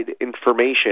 information